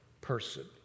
person